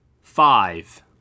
five